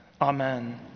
Amen